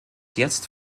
jetzt